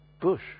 bush